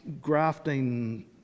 grafting